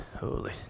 Holy